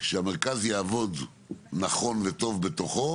כשהמרכז יעבוד נכון וטוב בתוכו